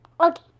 Okay